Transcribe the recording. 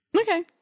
okay